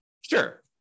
Sure